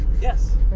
Yes